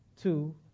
two